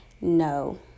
No